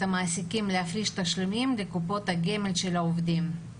המעסיקים להפריש תשלומים לקופות הגמל של העובדים.